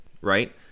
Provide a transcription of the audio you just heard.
right